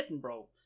Bro